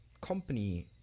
company